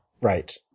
Right